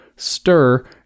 stir